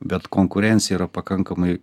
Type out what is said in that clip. bet konkurencija yra pakankamai